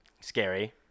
Scary